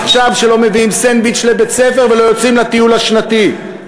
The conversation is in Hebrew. שלא מביאים סנדוויץ' לבית-ספר ולא יוצאים לטיול השנתי.